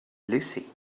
lucy